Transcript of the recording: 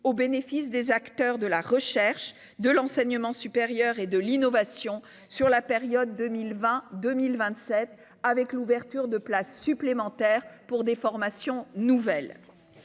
bénéfice des acteurs de la recherche, de l'enseignement supérieur et de l'innovation sur la période 2020-2027, qui verra l'ouverture de places supplémentaires pour des formations nouvelles.